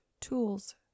tools